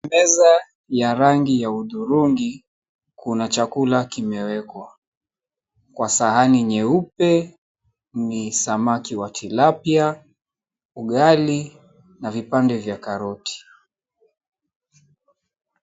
Meza ya rangi ya udhurungi, kuna chakula kimewekwa. Kwa sahani nyeupe ni samaki wa tilapia, ugali na vipande vya karoti.